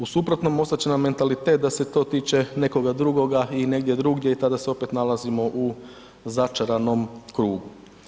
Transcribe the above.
U suprotnom ostat će nam mentalitet da se to tiče nekoga drugoga i negdje drugdje i tada se opet nalazimo u začaranom krugu.